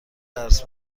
درس